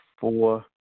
four